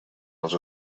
als